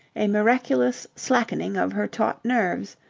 a miraculous slackening of her taut nerves,